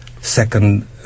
second